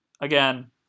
again